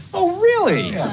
oh, really?